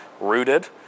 rooted